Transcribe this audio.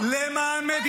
אסתר חיות היא הבן אדם?